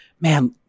man